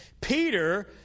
Peter